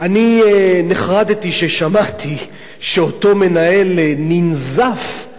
אני נחרדתי כששמעתי שאותו מנהל ננזף על